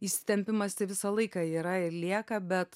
įsitempimas tai visą laiką yra lieka bet